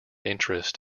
interest